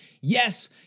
yes